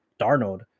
Darnold